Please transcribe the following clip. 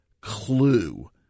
clue